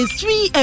three